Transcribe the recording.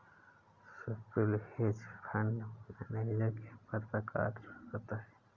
Swapnil hedge fund manager के पद पर कार्यरत है